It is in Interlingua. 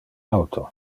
auto